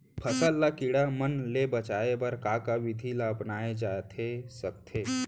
फसल ल कीड़ा मन ले बचाये बर का का विधि ल अपनाये जाथे सकथे?